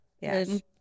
yes